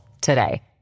today